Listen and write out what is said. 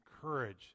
courage